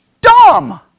Dumb